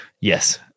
yes